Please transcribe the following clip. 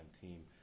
team